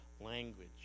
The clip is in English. language